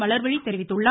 மலர்விழி தெரிவித்துள்ளார்